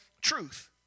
truth